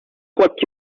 what